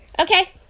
Okay